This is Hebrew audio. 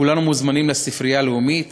כולנו מוזמנים לספרייה הלאומית